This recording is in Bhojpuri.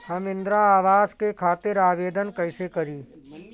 हम इंद्रा अवास के खातिर आवेदन कइसे करी?